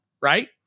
right